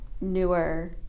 newer